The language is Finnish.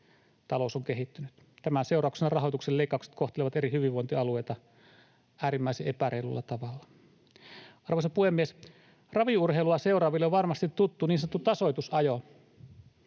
talous on kehittynyt. Tämän seurauksena rahoituksen leikkaukset kohtelevat eri hyvinvointialueita äärimmäisen epäreilulla tavalla. Arvoisa puhemies! Raviurheilua seuraaville on varmasti tuttu niin sanottu tasoitusajo,